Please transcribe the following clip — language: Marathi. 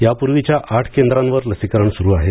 यापूर्वीच्या आठ केंद्रांवर लसीकरण सुरू आहे